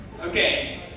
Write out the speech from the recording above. Okay